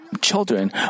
Children